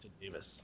Davis